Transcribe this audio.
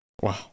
wow